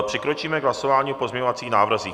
Přikročíme k hlasování o pozměňovacích návrzích.